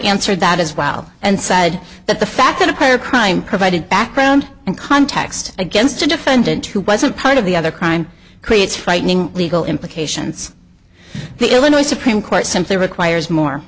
answered that as well and said that the fact that a prior crime provided background and context against a defendant who wasn't part of the other crime creates frightening legal implications the illinois supreme court simply requires more